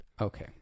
Okay